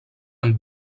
amb